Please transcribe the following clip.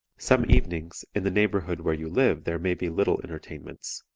some evenings in the neighborhood where you live there may be little entertainments.